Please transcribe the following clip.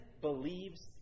believes